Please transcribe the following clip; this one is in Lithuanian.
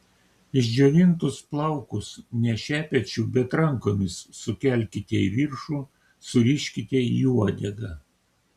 išdžiovintus plaukus ne šepečiu bet rankomis sukelkite į viršų suriškite į uodegą